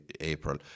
April